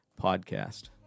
podcast